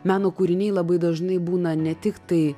meno kūriniai labai dažnai būna ne tiktai